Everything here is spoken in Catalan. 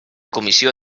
comissió